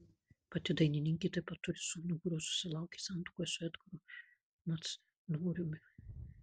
pati dainininkė taip pat turi sūnų kurio susilaukė santuokoje su edgaru macnoriumi